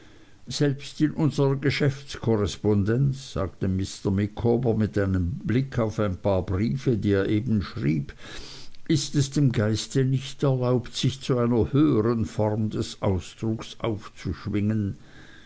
selbst in unserer geschäftskorrespondenz sagte mr micawber mit einem blick auf ein paar briefe die er eben schrieb ist es dem geiste nicht erlaubt sich zu einer höhern form des ausdrucks aufzuschwingen